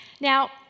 Now